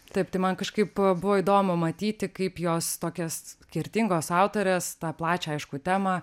taip tai man kažkaip buvo įdomu matyti kaip jos tokios skirtingos autorės tą plačią aiškų temą